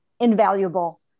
invaluable